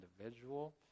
individual